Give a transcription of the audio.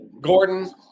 gordon